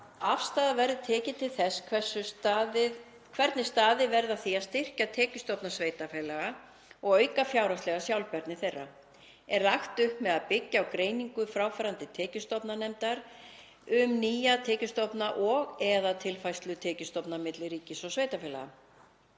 afstaða verði tekin til þess hvernig staðið verði að því að styrkja tekjustofna sveitarfélaga og auka fjárhagslega sjálfbærni þeirra. Er lagt upp með að byggja á greiningu fráfarandi tekjustofnanefndar um nýja tekjustofna og/eða tilfærslu tekjustofna milli ríkis og sveitarfélaga.